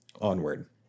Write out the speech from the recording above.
Onward